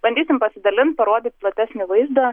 bandysim pasidalint parodyt platesnį vaizdą